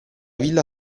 villa